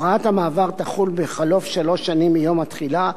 הוראת המעבר תחול בחלוף שלוש שנים מיום התחילה,